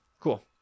Cool